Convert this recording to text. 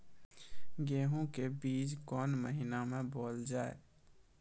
गेहूँ के बीच कोन महीन मे बोएल जाए?